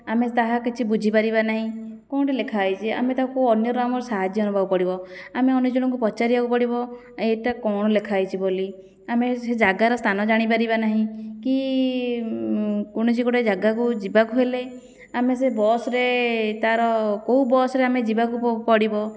ଆମେ ତାହା କିଛି ବୁଝିପାରିବାନାହିଁ କଣ ଗୋଟେ ଲେଖା ହେଇଛି ଆମେ ତାକୁ ଅନ୍ୟର ଆମର ସାହାଯ୍ୟ ନବାକୁ ପଡ଼ିବ ଆମେ ଅନ୍ୟଜଣଙ୍କୁ ପଚାରିବାକୁ ପଡ଼ିବ ଏଇଟା କ'ଣ ଲେଖା ହେଇଛି ବୋଲି ଆମେ ସେ ଜାଗାର ସ୍ଥାନ ଜାଣିପାରିବା ନାହିଁ କି କୌଣସି ଗୋଟେ ଜାଗାକୁ ଯିବାକୁ ହେଲେ ଆମେ ସେ ବସ୍ରେ ତା'ର କେଉଁ ବସ୍ରେ ଆମେ ଯିବାକୁ ପଡ଼ିବ